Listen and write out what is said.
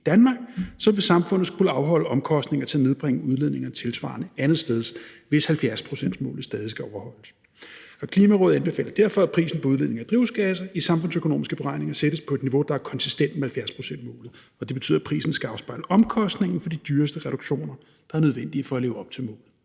Danmark, vil samfundet skulle afholde omkostninger til at nedbringe udledningerne tilsvarende andetsteds, hvis 70-procentsmålet stadig skal overholdes. Klimarådet anbefaler derfor, at prisen på udledning af drivhusgasser i samfundsøkonomiske beregninger sættes på et niveau, der er konsistent med 70-procentsmålet.« Det betyder, at prisen skal afspejle omkostningen for de dyreste reduktioner, der er nødvendige for at leve op til målet.